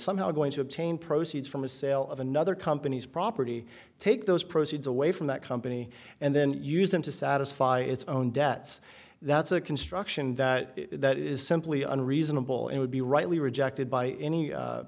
somehow going to obtain proceeds from a sale of another company's property take those proceeds away from that company and then use them to satisfy its own debts that's a construction that that is simply an reasonable it would be rightly rejected by any